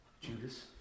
Judas